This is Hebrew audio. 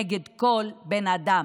נגד כל בן אדם.